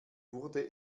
wurde